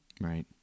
right